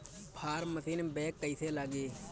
Form machine बैक कईसे लागी?